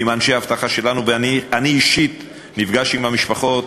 עם אנשי אבטחה שלנו, ואני אישית נפגש עם המשפחות.